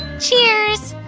cheers!